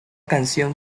canción